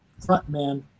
frontman